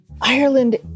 Ireland